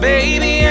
Baby